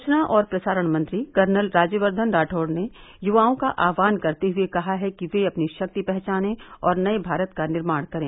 सूचना और प्रसारण मंत्री कर्नल राज्यवर्द्धन राठौड़ ने युवाओं का आह्वान करते हुए कहा है कि वे अपनी शक्ति पहचानें और नये भारत का निर्माण करें